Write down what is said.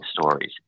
stories